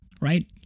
right